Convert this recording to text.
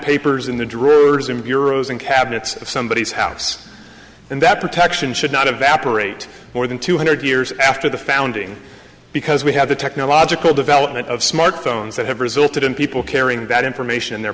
uro's and cabinets of somebodies house and that protection should not evaporate more than two hundred years after the founding because we have the technological development of smart phones that have resulted in people carrying that information in their